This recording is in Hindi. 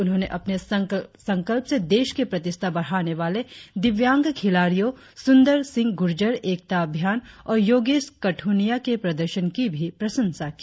उन्होंने अपने संकल्प से देश की प्रतिष्ठा बढ़ाने वाले दिव्यांग खिलाड़ियो सुंदर सिंह गुर्जर एकता भ्यान और योगेश कथ्रनिया के प्रदर्शन की भी प्रशंसा की